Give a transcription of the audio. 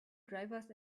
drivers